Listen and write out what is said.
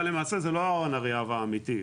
אבל למעשה זה לא אורן אריאב האמיתי,